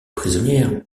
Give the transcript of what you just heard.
prisonnière